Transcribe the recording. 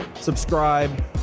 subscribe